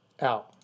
out